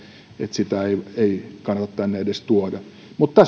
sitä ei kannata tänne edes tuoda mutta